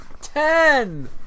Ten